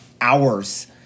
hours